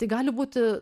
o tai gali būti